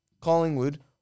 Collingwood